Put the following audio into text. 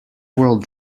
world